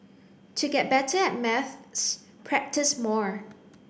to get better at maths practise more